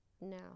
Now